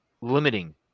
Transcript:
limiting